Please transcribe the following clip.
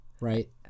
Right